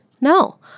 No